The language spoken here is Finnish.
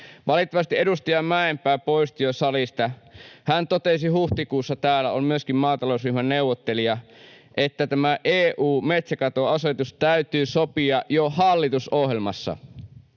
Valitettavasti edustaja Mäenpää poistui jo salista. Hän totesi huhtikuussa — täällä on myöskin maatalousryhmän neuvottelija — että tämä EU:n metsäkatoasetus täytyy sopia jo hallitusohjelmassa.